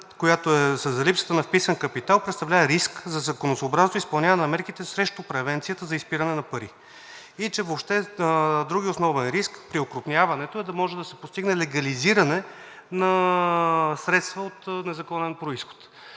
която е за липсата на вписан капитал, представлява риск за законосъобразност и изпълняване на мерките срещу превенцията за изпиране на пари и че въобще, другият основен риск при окрупняването е да може да се постигне легализиране на средства от незаконен произход.